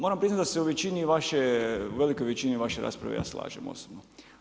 Moram priznati da se u većini vaše, u velikoj većini vaše rasprave ja slažem osobno.